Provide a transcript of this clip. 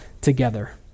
together